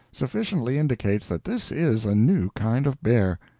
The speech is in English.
sufficiently indicates that this is a new kind of bear.